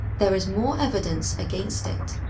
there is more evidence against it.